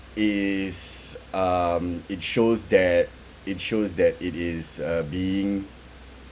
is um it shows that it shows that it is uh being